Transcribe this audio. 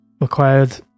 required